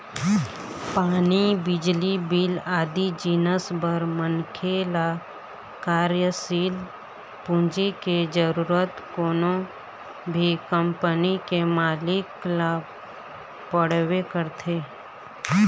पानी, बिजली बिल आदि जिनिस बर मनखे ल कार्यसील पूंजी के जरुरत कोनो भी कंपनी के मालिक ल पड़बे करथे